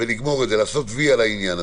ולעשות וי על העניין.